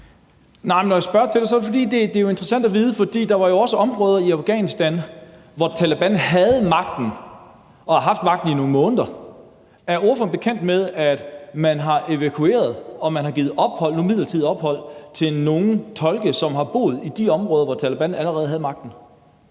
det er interessant at vide. For der var jo også områder i Afghanistan, hvor Taleban havde magten og har haft magten i nogle måneder. Er ordføreren bekendt med, at man har evakueret og givet midlertidigt ophold til nogle tolke, som boede i de områder, hvor Taleban allerede havde magten?